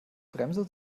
bremse